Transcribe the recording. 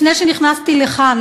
לפני שנכנסתי לכאן,